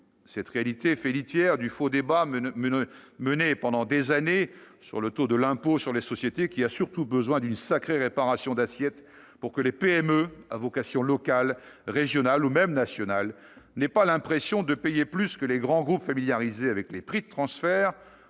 Cette réalité fait litière du faux débat mené pendant des années sur le taux de l'impôt sur les sociétés, qui a surtout besoin d'une sacrée réparation d'assiette pour que les PME à vocation locale, régionale ou même nationale n'aient pas l'impression de payer plus que les grands groupes familiarisés avec les prix de transfert,